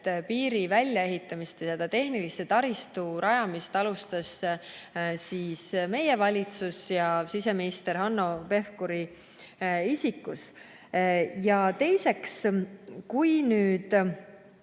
piiri väljaehitamist ja tehnilise taristu rajamist alustas meie valitsus siseminister Hanno Pevkuri isikus. Teiseks, näiteks